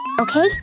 okay